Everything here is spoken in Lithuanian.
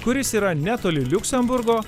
kuris yra netoli liuksemburgo